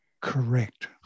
Correct